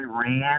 Iran